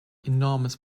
enormous